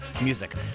music